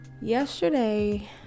yesterday